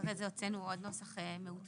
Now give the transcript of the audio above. ואחרי זה הוצאנו עוד נוסח מעודכן,